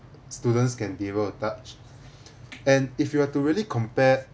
students can be able to touch and if you were to really compare